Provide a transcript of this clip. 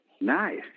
Nice